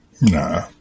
Nah